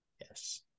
Yes